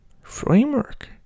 framework